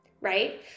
right